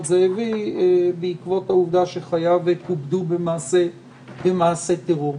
זאבי בעקבות העובדה שחייו קופדו במעשה טרור.